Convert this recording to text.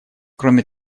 кроме